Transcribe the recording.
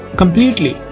completely